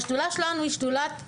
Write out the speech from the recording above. השדולה שלנו היא שדולת החקלאות.